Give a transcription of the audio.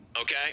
okay